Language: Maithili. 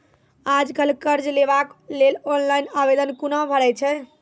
आज कल कर्ज लेवाक लेल ऑनलाइन आवेदन कूना भरै छै?